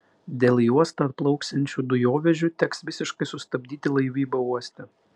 dėl į uostą atplauksiančių dujovežių teks visiškai sustabdyti laivybą uoste